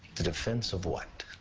the defense of what?